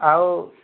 ଆଉ